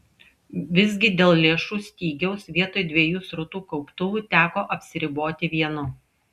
visgi dėl lėšų stygiaus vietoj dviejų srutų kauptuvų teko apsiriboti vienu